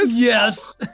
yes